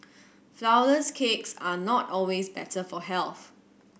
flourless cakes are not always better for health